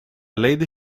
lady